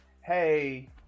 hey